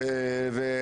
לאכוף.